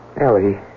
Ellie